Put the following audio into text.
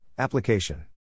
Application